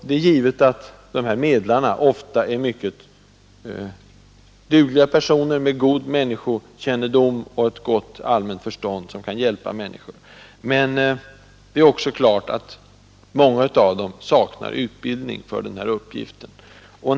Det är givet att dessa medlare ofta är mycket dugliga personer — med god människokännedom och ett gott förstånd — som kan hjälpa människor. Men det är också klart att många av dem saknar utbildning för den här uppgiften.